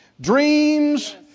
Dreams